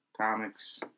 comics